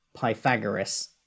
Pythagoras